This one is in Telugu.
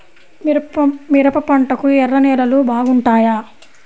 మిరప పంటకు ఎర్ర నేలలు బాగుంటాయా?